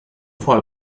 vor